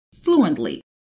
fluently